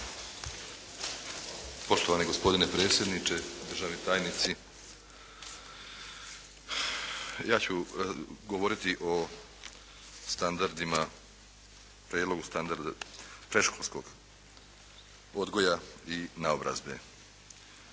Poštovani gospodine predsjedniče, državni tajnici. Ja ću govoriti o standardima, prijedlogu standarda predškolskog odgoja i naobrazbe.